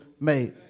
made